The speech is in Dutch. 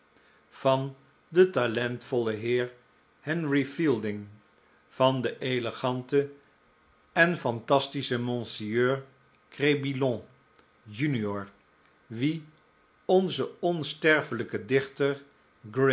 van den talentvollen heer henry fielding van den eleganten en fantastischen monsieur crebillon junior wien onze onsterfelijke dichter